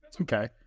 Okay